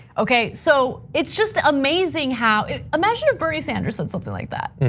okay? so it's just amazing how imagine if bernie sanders said something like that.